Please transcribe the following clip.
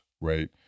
right